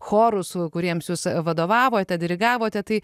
chorus kuriems jūs vadovavote dirigavote tai